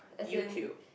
as in